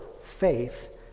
faith